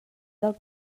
del